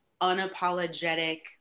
unapologetic